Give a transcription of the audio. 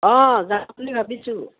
অঁ যাম বুলি ভাবিছোঁ